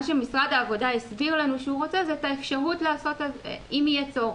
מה שמשרד העבודה הסביר לנו שהוא רוצה זה את האפשרות לעשות אם יהיה צורך.